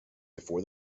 before